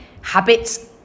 Habits